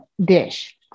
dish